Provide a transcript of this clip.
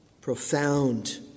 profound